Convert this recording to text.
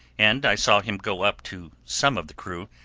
and i saw him go up to some of the crew,